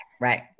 Right